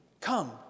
Come